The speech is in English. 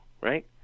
right